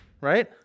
right